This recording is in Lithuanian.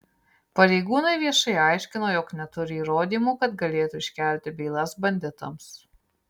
pareigūnai viešai aiškino jog neturi įrodymų kad galėtų iškelti bylas banditams